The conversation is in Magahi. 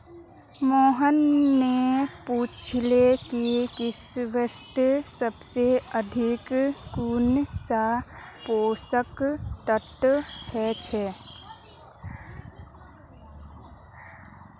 मोहन ने पूछले कि किशमिशत सबसे अधिक कुंन सा पोषक तत्व ह छे